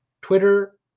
Twitter